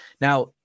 Now